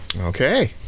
okay